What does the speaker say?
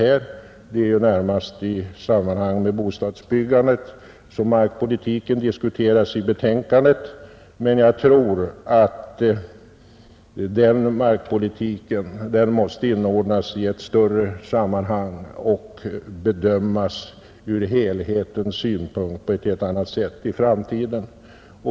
Markpolitiken diskuteras i betänkandet närmast i anslutning till bostadsbyggandet, men jag tror att markpolitiken måste inordnas i ett större sammanhang och bedömas ur helhetssynpunkt på ett helt annat sätt i framtiden.